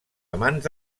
amants